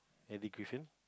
Eddie Griffin